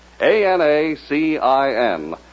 A-N-A-C-I-N